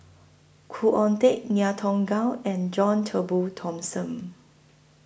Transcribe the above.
Khoo Oon Teik Ngiam Tong Gow and John Turnbull Thomson